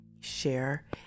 share